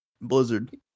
Blizzard